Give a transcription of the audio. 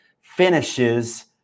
finishes